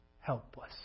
helpless